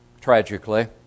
tragically